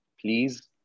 please